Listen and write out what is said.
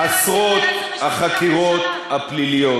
עשרות החקירות הפליליות,